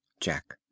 Jack